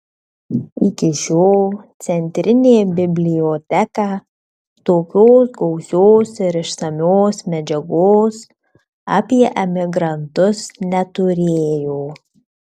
iki šiol centrinė biblioteka tokios gausios ir išsamios medžiagos apie emigrantus neturėjo